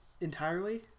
entirely